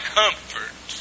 comfort